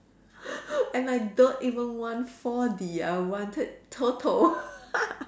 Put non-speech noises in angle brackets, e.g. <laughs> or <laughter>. <laughs> and I don't even want four D I wanted TOTO <laughs>